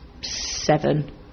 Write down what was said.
seven